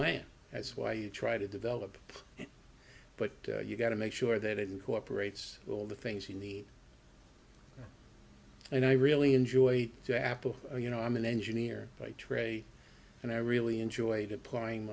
plan that's why you try to develop but you've got to make sure that it incorporates all the things you need and i really enjoyed the apple you know i'm an engineer by trade and i really enjoyed applying